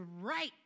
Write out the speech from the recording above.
right